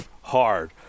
hard